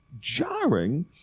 jarring